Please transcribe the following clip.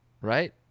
Right